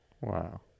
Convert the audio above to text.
Wow